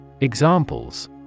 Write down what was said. Examples